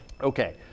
Okay